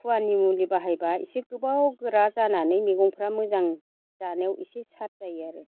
खुवानि मुलि बाहायब्ला एसे गोबाव गोरा जानानै मैगंफ्रा मोजां जानायाव एसे सार जायो आरो